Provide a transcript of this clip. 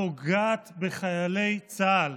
בחיילי צה"ל.